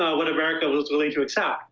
ah what america was willing to accept.